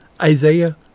Isaiah